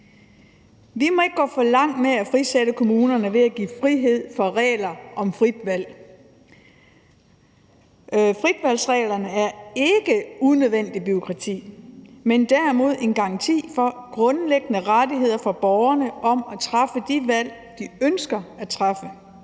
Vi må ikke gå for langt med at frisætte kommunerne ved at give frihed fra regler om frit valg. Fritvalgsreglerne er ikke unødvendigt bureaukrati, men derimod en garanti for grundlæggende rettigheder for borgerne med hensyn til at træffe de valg, de ønsker at træffe.